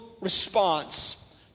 response